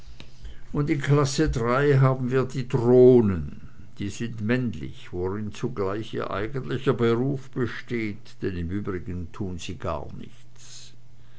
und in klasse drei haben wir die drohnen die sind männlich worin zugleich ihr eigentlicher beruf besteht denn im übrigen tun sie gar nichts